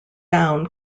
down